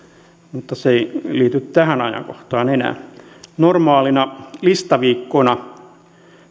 mutta se ei liity tähän ajankohtaan enää normaalina listaviikkona